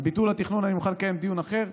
על ביטול התכנון אני מוכן לקיים דיון אחר.